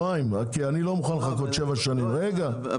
כי אני לא מוכן לחכות שבע שנים --- לא,